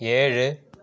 ஏழு